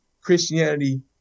Christianity